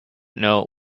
know